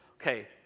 okay